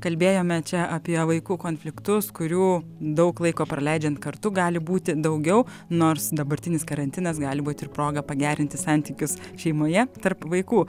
kalbėjome čia apie vaikų konfliktus kurių daug laiko praleidžiant kartu gali būti daugiau nors dabartinis karantinas gali būt ir proga pagerinti santykius šeimoje tarp vaikų